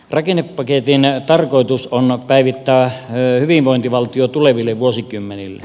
rakennepaketin tarkoitus on päivittää hyvinvointivaltio tuleville vuosikymmenille